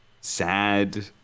sad